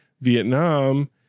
Vietnam